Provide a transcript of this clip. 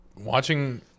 Watching